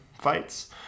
fights